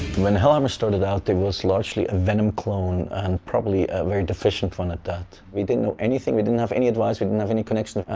when hellhammer started out it was largely a venom clone, and probably a very deficient one at that. we didn't know anything, we didn't have any advice, we didn't have any connections.